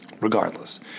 Regardless